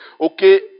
okay